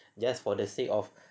just for the sake of